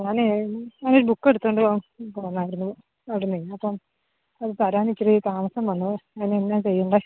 ഞാനേ ഞാൻ ഒരു ബുക്ക് എടുത്തുകൊണ്ട് പോന്നായിരുന്നു അവിടെ നിന്ന് അപ്പം അത് തരാൻ ഇച്ചിരി താമസം വന്നു അതിന് എന്നാ ചെയ്യണ്ടേ